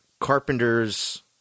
Carpenter's